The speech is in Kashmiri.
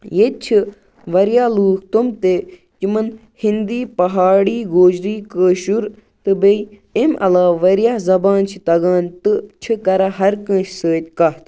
ییٚتہِ چھِ واریاہ لُکھ تِم تہِ یِمَن ہِندی پہاڑی گوجری کٲشُر تہٕ بیٚیہِ اَمہِ علاوٕ واریاہ زبانہٕ چھِ تَگان تہٕ چھِ کَران ہَر کٲنسہِ سۭتۍ کَتھ